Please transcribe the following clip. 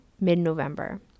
mid-November